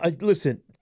listen –